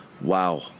wow